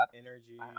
Energy